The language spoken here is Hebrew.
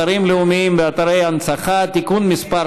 אתרים לאומיים ואתרי הנצחה (תיקון מס'